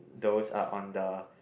those are on the